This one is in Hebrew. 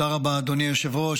תודה רבה, אדוני היושב-ראש.